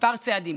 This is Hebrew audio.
כמה צעדים: